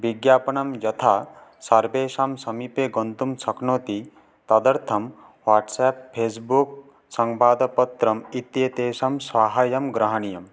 विज्ञापनं यथा सर्वेषां समीपे गन्तुं शक्नोति तदर्थं वाट्सप् फेस्बुक् संवादपत्रम् इत्येतेषां साहाय्यं ग्रहणीयं